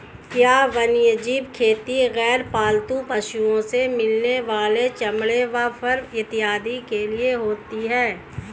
क्या वन्यजीव खेती गैर पालतू पशुओं से मिलने वाले चमड़े व फर इत्यादि के लिए होती हैं?